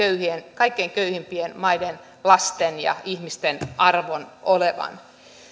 kaikkein köyhimpien maiden lasten ja ihmisten arvon olevan